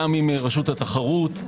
גם עם רשות התחרות,